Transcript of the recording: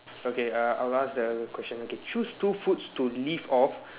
okay err I'll ask the other question okay choose two foods to live off